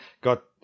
got